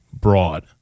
broad